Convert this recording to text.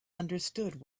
understood